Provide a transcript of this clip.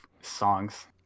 songs